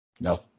No